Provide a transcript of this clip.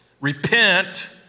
repent